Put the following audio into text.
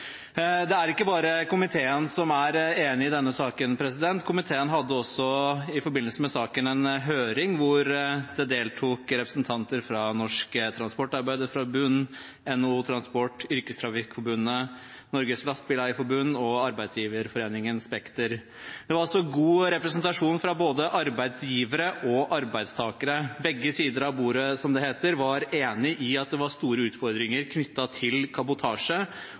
Det er ikke bare komiteen som er enig i denne saken. Komiteen hadde i forbindelse med saken en høring hvor det deltok representanter fra Norsk Transportarbeiderforbund, NHO Transport, Yrkestrafikkforbundet, Norges Lastebileier-Forbund og Arbeidsgiverforeningen Spekter. Det var altså god representasjon fra både arbeidsgivere og arbeidstakere. Begge sider av bordet, som det heter, var enig i at det var store utfordringer knyttet til kabotasje,